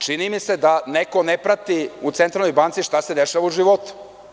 Čini mi se da neko ne prati u Centralnoj banci šta se dešava u životu.